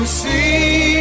see